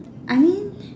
I mean